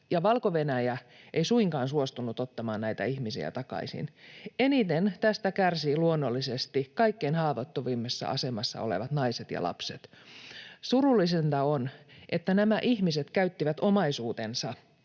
Valko-Venäjä ei suinkaan suostunut ottamaan näitä ihmisiä takaisin. Eniten tästä kärsivät luonnollisesti kaikkein haavoittuvimmassa asemassa olevat naiset ja lapset. Surullisinta on, että nämä ihmiset käyttivät omaisuutensa